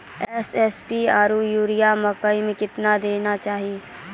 SSP आरु urea मकई मे कितना देना चाहिए?